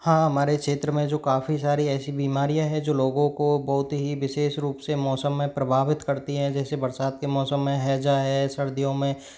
हाँ हमारे क्षेत्र में जो काफ़ी सारी ऐसी बीमारियाँ हैं जो लोगों को बहुत ही विशेष रूप से मौसम में प्रभावित करती हैं जैसे बरसात के मौसम में हैज़ा है सर्दियों में